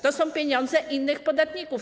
To są pieniądze innych podatników.